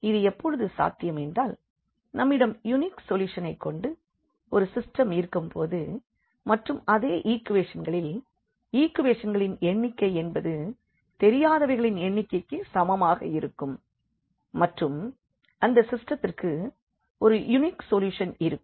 இது எப்பொழுது சாத்தியம் என்றால் நம்மிடம் யுனிக் சொல்யூஷனைக் கொண்ட ஒரு சிஸ்டெம் இருக்கும்போது மற்றும் அதே ஈக்குவேக்ஷன்களில் ஈக்குவேஷங்களின் எண்ணிக்கை என்பது தெரியாதவைகளின் எண்ணிக்கைக்கு சமமாக இருக்கும் மற்றும் அந்த சிஸ்டெத்திற்கு ஒரு யூனிக் சொல்யூஷன் இருக்கும்